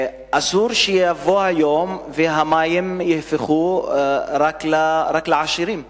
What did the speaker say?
אסור שיבוא היום והמים יהיו רק לעשירים.